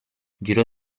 girò